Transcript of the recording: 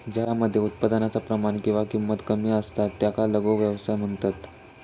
ज्या मध्ये उत्पादनाचा प्रमाण किंवा किंमत कमी असता त्याका लघु व्यवसाय म्हणतत